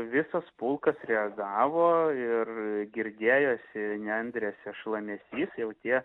visas pulkas reagavo ir girdėjosi nendrėse šlamesys jau tie